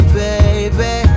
baby